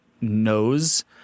knows